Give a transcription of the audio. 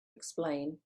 explain